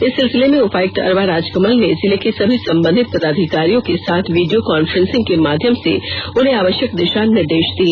इस सिलसिले में उपायुक्त अरवा राजकमल ने जिले के सभी संबंधित पदाधिकारियों के साथ वीडियो कॉन्फ्रेंसिंग के माध्यम से उन्हें आवश्यक दिशा निर्देश दिए